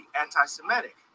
anti-Semitic